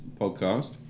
podcast